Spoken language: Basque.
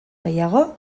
gehiago